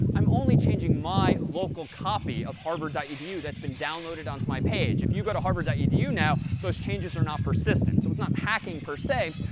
i'm only changing my local copy of harvard dot edu that's been downloaded onto my page. if you go to harvard dot edu now, those changes are not persistent, so it's not hacking per se.